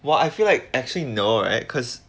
well I feel like actually no right cause